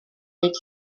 nid